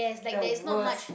they are worse